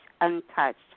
Untouched